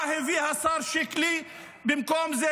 מה הביא השר שיקלי במקום זה?